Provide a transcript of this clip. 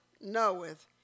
knoweth